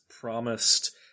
promised